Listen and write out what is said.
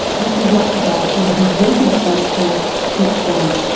which he writes about in his recent book called switched on.